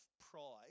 pride